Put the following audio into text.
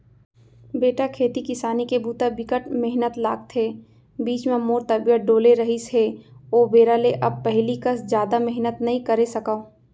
बेटा खेती किसानी के बूता बिकट मेहनत लागथे, बीच म मोर तबियत डोले रहिस हे ओ बेरा ले अब पहिली कस जादा मेहनत नइ करे सकव